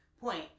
point